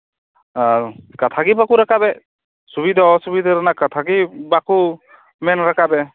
ᱠᱟᱛᱷᱟ ᱜᱮ ᱵᱟᱠᱚ ᱨᱟᱠᱟᱵ ᱮᱫ ᱥᱩᱵᱤᱫᱷᱟ ᱚᱥᱩᱵᱤᱫᱷᱟ ᱨᱮᱱᱟᱜ ᱠᱟᱛᱷᱟᱜᱮ ᱵᱟᱠᱚ ᱢᱮᱱ ᱨᱟᱠᱟᱵ ᱮᱫ